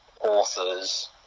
authors